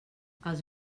els